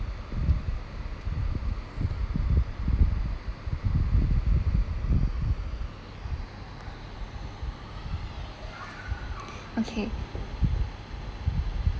okay